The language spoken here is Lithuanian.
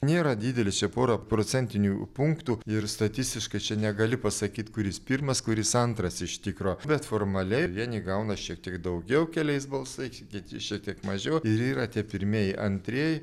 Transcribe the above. nėra didelis čia pora procentinių punktų ir statistiškai čia negali pasakyt kuris pirmas kuris antras iš tikro bet formaliai vieni gauna šiek tiek daugiau keliais balsais kiti šiek tiek mažiau ir yra tie pirmieji antrieji